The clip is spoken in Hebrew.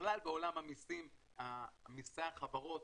בכלל בעולם המיסים מסי החברות